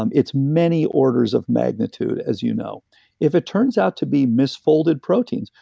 um it's many orders of magnitude, as you know if it turns out to be misfolded proteins,